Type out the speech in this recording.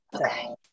Okay